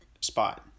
spot